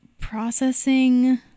processing